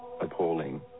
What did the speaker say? Appalling